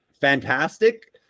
fantastic